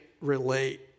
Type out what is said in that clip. relate